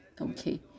Okay